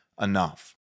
enough